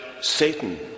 Satan